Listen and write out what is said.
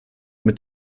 mit